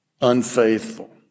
unfaithful